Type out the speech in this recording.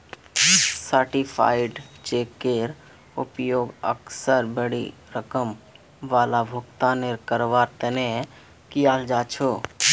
certified चेकेर उपयोग अक्सर बोडो रकम वाला भुगतानक करवार तने कियाल जा छे